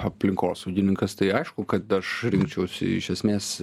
aplinkosaugininkas tai aišku kad aš rinkčiausi iš esmės